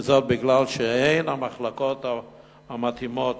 וזאת כי אין מחלקות מתאימות